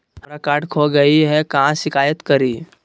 हमरा कार्ड खो गई है, कहाँ शिकायत करी?